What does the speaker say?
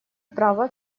права